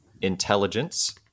intelligence